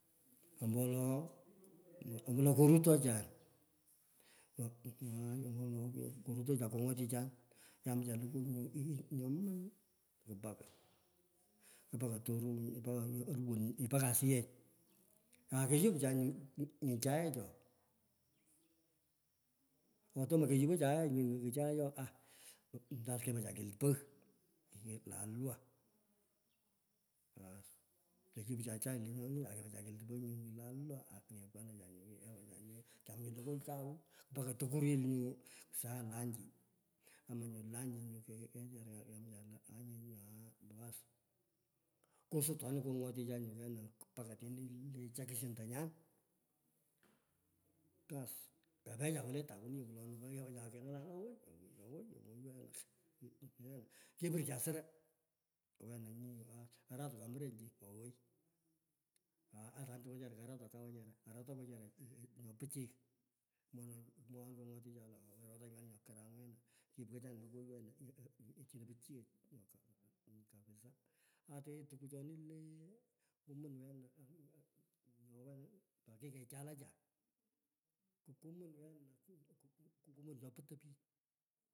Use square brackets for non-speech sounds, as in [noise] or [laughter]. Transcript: Ombo wolo, ombowolo kurutoychan, aai, ombowolo kurutoychan, kyamcha lokoy nyu, [hesitation] nyoman kupak [unintelligible] mpaka torowon [hesitation] mpaka asiyech. Akeyup cha chaecho, nyo tomo keyupo cha yee nyu chai oo, kepecha kelut pogh, keyit lalwa, ass keyupcha chai lenyoni, akepecha kelut pogh nyu lalwa akepkanacha nyu kyaam lokoy kau aa tokorel nyu soya lanchi oman nyu lanchi ku wechana, kyamcha lanchi nyu aai, bass kusotwanin kongotichan kena mpaka otini le junction tonyan baas kepecha wolo touni wolana kapecha kenyalah lo owoi, owoi, owoi wena [unintelligible] kepurcha soro lo wena nyi korot kwa murunchu, owoi [unintelligible] atani wechera karotan kau wechara, arota wechara nyo pichiy mwoewamin chichona kungat lo owoi rotanyi wena nyo karam kepkechanyi lokoy wena chino pichiyech [hesitation] nyok, nyo kapisaaa. Ata yee tukuchoni lee kumun wena, ko kumum cho putoy pich.